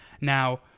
Now